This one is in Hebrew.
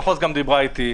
אדוני היועץ המשפטי,